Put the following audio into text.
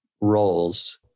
roles